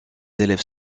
élèves